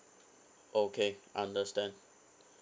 okay understand